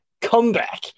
comeback